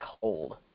cold